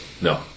No